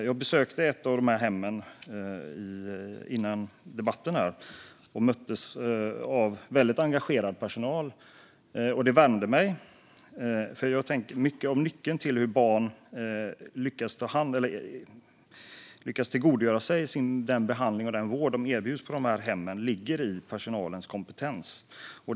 Jag besökte ett av de här hemmen före debatten och möttes av väldigt engagerad personal. Det värmde mig, för mycket av nyckeln till hur barn lyckas tillgodogöra sig den behandling och den vård de erbjuds på de här hemmen ligger i personalens kompetens.